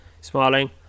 smiling